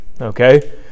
Okay